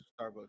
Starbucks